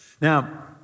Now